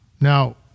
Now